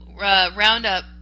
Roundup